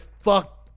fuck